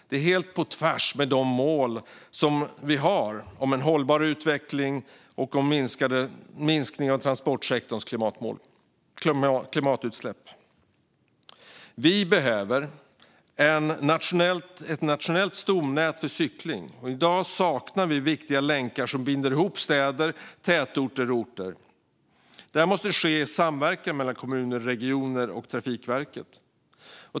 Det är helt på tvärs mot målen för en hållbar utveckling och en minskning av transportsektorns klimatutsläpp. Vi behöver ett nationellt stomnät för cykling. I dag saknas viktiga länkar som binder ihop städer, tätorter och orter. Det här måste ske i samverkan mellan kommuner, regioner och Trafikverket.